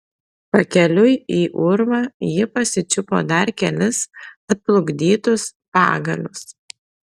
pakeliui į urvą ji pasičiupo dar kelis atplukdytus pagalius